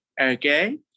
Okay